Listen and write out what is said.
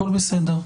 הכול בסדר.